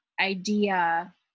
idea